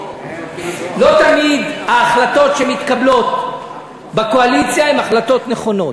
לא תמיד ההחלטות שמתקבלות בקואליציה הן החלטות נכונות.